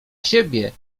siebie